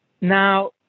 Now